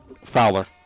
Fowler